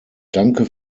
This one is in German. danke